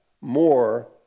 more